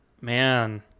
man